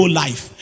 life